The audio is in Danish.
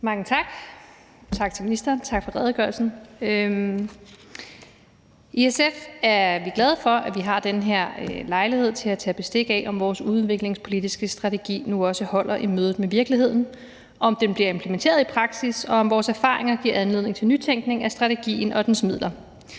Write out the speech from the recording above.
Mange tak, og tak til ministeren for redegørelsen. I SF er vi glade for, at vi har den her lejlighed til at tage bestik af, om vores udviklingspolitiske strategi nu også holder i mødet med virkeligheden, om den bliver implementeret i praksis, og om vores erfaringer giver anledning til nytænkning af strategien og dens midler.